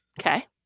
Okay